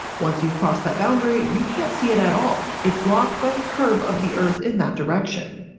once you've crossed that boundary, you can't see it at all. it's blocked by the curve of the earth in that direction.